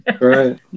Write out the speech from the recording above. right